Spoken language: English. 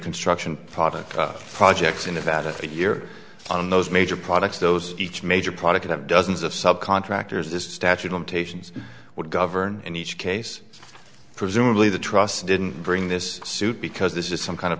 construction projects projects in about a year on those major products those each major product of dozens of subcontractors this statue of limitations would govern in each case presumably the trust didn't bring this suit because this is some kind of